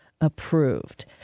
approved